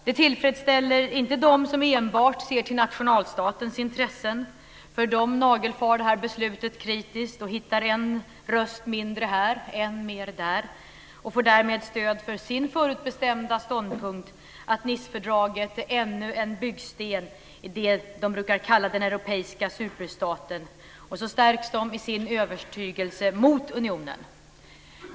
Det tillfredsställer inte dem som enbart ser till nationalstatens intressen, för de nagelfar det här beslutet kritiskt och hittar en röst mindre här och en mer där och får därmed stöd för sin förutbestämda ståndpunkt: att Nicefördraget är ännu en byggsten i det som de brukar kalla den europeiska superstaten; och så stärks de i sin övertygelse mot unionen.